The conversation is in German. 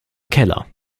keller